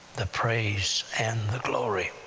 the praise and the glory.